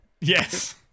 Yes